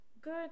Good